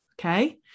okay